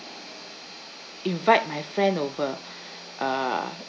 invite my friend over uh